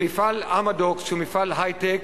מפעל "אמדוקס", שהוא מפעל היי-טק,